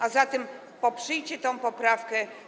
A zatem poprzyjcie tę poprawkę.